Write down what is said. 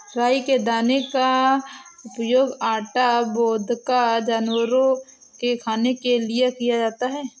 राई के दाने का उपयोग आटा, वोदका, जानवरों के चारे के लिए किया जाता है